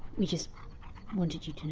we just wanted you to